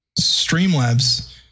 Streamlabs